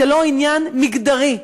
זה לא עניין מגדרי.